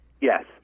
Yes